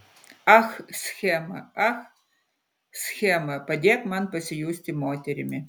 ach schema ach schema padėk man pasijusti moterimi